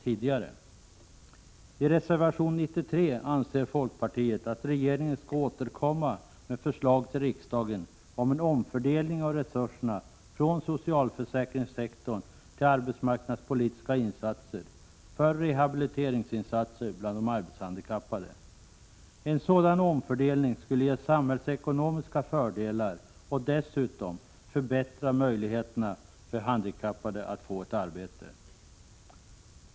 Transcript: I reservation 93 anser folkpartiet att regeringen skall återkomma med förslag till riksdagen om en omfördelning av resurser från socialförsäkringssektorn till arbetsmarknadspolitiska insatser för rehabilitering av arbetshandikappade. En sådan omfördelning skulle ge samhällsekonomiska fördelar och dessutom förbättra möjligheterna för handikappade att få ett arbete.